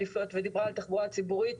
העדיפויות ודיברה על תחבורה ציבורית.